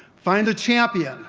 find a champion